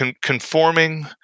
conforming